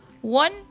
one